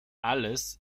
alles